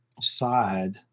side